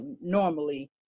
normally